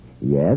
Yes